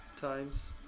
times